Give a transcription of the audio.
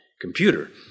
computer